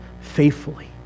faithfully